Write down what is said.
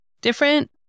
different